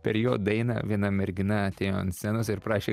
per jo dainą viena mergina atėjo ant scenos ir prašė